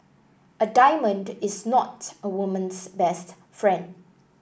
a diamond is not a woman's best friend